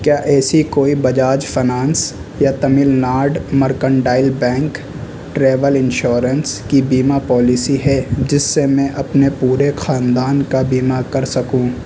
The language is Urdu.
کیا ایسی کوئی بجاج فنانس یا Tamil Nadu mercantile bank travel insurance کی بیمہ پالیسی ہے جس سے میں اپنے پورے خاندان کا بیمہ کر سکوں